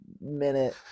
minute